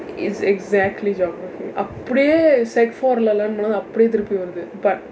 it's exactly geography அப்படியே:appadiyee sec four இல்ல:illa learn பண்றது அப்படியே திருப்பி வருது:panrathu appadiyee thiruppi varuthu but